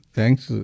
Thanks